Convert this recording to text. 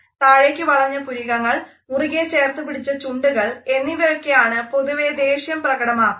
താഴേക്കു വളഞ്ഞ പുരികങ്ങൾ മുറുകെ ചേർത്ത് പിടിച്ച ചുണ്ടുകൾ എന്നിവയൊക്കെയാണ് പൊതുവെ ദേഷ്യം പ്രകടമാക്കുന്നത്